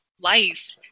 life